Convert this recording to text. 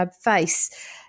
face